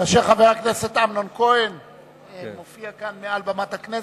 כאשר חבר הכנסת אמנון כהן מופיע כאן מעל במת הכנסת.